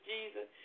Jesus